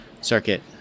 circuit